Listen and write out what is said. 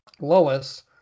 Lois